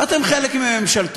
ואתם חלק מממשלתו,